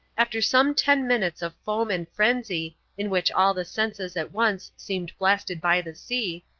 after some ten minutes of foam and frenzy, in which all the senses at once seemed blasted by the sea,